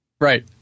Right